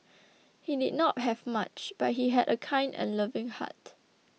he did not have much but he had a kind and loving heart